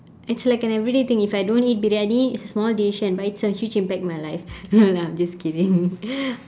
it's like an everyday thing if I don't eat briyani it's a small decision but it's a huge impact on my life no lah I'm just kidding